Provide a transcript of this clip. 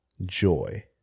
joy